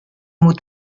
mot